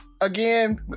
again